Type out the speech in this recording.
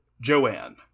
Joanne